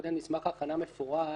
מסמך הכנה מפורט